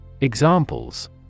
Examples